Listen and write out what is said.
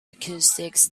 acoustics